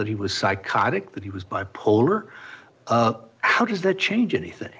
that he was psychotic that he was bipolar how does that change anything